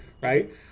right